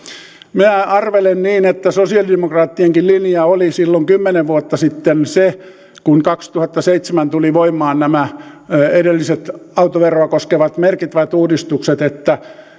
minä arvelen niin että sosialidemokraattienkin linja oli silloin kymmenen vuotta sitten kun kaksituhattaseitsemän tulivat voimaan nämä edelliset autoveroa koskevat merkittävät uudistukset se